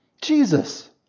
Jesus